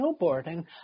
snowboarding